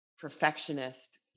perfectionist